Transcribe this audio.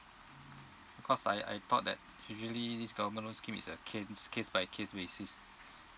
cause I I thought that usually this government loan scheme is a ca~ case by case basis